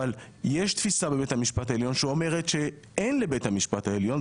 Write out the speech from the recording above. יש תפיסה בבית המשפט שאומרת שאין לבית המשפט העליון,